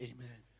Amen